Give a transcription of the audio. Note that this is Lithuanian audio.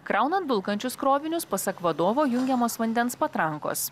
kraunant dulkančius krovinius pasak vadovo jungiamos vandens patrankos